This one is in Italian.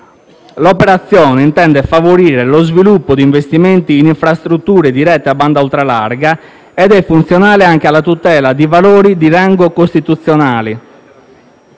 L'operazione intende favorire lo sviluppo di investimenti in infrastrutture di rete a banda ultralarga ed è funzionale anche alla tutela di valori di rango costituzionale: